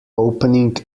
opening